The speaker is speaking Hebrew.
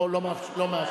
לא, לא מאשר.